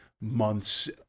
months